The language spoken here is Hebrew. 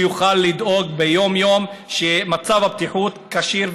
שיוכלו לדאוג ביום-יום שמצב הבטיחות כשיר,